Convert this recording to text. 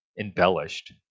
embellished